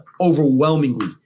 Overwhelmingly